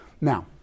Now